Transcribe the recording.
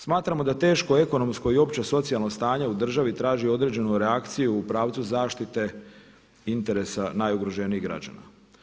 Smatramo da teško, ekonomsko i opće socijalno stanje u državi traži određenu reakciju u pravcu zaštite interesa najugroženijih građana.